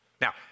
Now